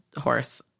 horse